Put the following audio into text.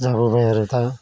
जाबोबाय आरो दा